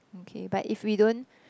mm okay but if we don't